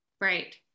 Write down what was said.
Right